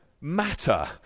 matter